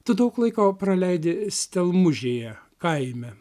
tu daug laiko praleidi stelmužėje kaime